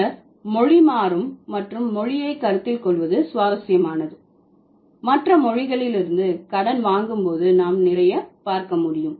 பின்னர் மொழி மாறும் மற்றும் மொழியை கருத்தில் கொள்வது சுவாரஸ்யமானது மற்ற மொழிகளிலிருந்து கடன் வாங்கும் போது நாம் நிறைய பார்க்க முடியும்